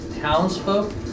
townsfolk